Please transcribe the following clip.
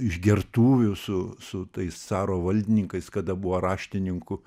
išgertuvių su su tais caro valdininkais kada buvo raštininku